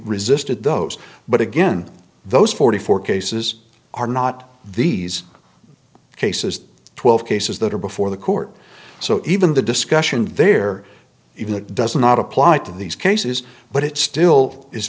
resisted those but again those forty four cases are not these cases twelve cases that are before the court so even the discussion there even that does not apply to these cases but it still is